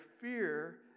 fear